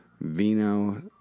Vino